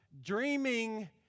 dreaming